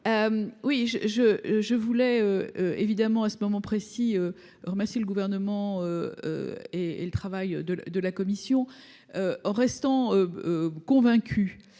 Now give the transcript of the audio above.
je je voulais. Évidemment à ce moment précis. Remercie le gouvernement. Et et le travail de de la commission. Restant. Convaincu.